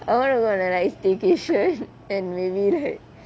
I want to go on like staycation and maybe like